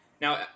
Now